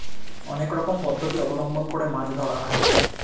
অনেক রকম পদ্ধতি অবলম্বন করে মাছ ধরা হয়